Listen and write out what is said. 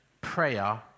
prayer